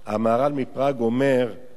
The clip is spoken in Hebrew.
המהר"ל מפראג אומר: